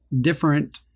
different